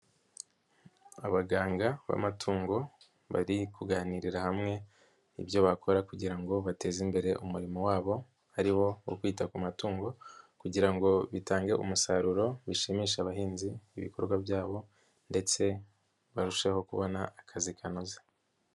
Abaganga b'amatungo bari kuganirira hamwe ibyo bakora kugira ngo bateze imbere umurimo wabo, ari wo kwita ku matungo kugira ngo bitange umusaruro, bishimisha abahinzi ibikorwa byabo ndetse barusheho kubona akazi kanoze.